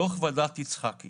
דוח ועדת יצחקי